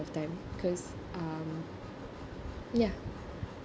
time cause um ya